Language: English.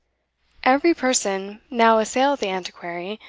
every person now assailed the antiquary,